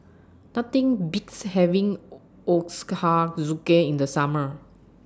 Nothing Beats having Ochazuke in The Summer